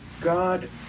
God